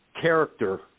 character